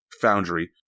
foundry